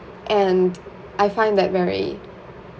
and I find that very